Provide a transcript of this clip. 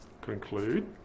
conclude